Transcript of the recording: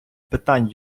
питань